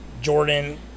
Jordan